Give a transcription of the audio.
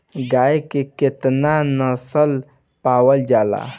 गाय के केतना नस्ल पावल जाला?